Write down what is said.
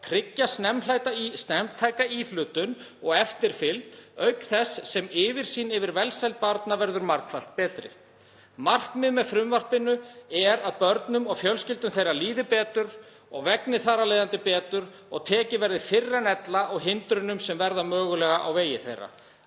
tryggja snemmtæka íhlutun og eftirfylgd auk þess sem yfirsýn yfir velsæld barna verður margfalt betri. Markmiðið með frumvarpinu er að börnum og fjölskyldum þeirra líði betur og vegni þar af leiðandi betur og tekið verði fyrr en ella á hindrunum sem verða mögulega á vegi þeirra.